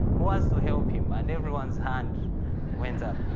who wants to help him? and everyone's hand went up.